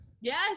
yes